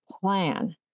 plan